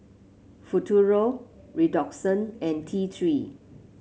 Futuro Redoxon and T Three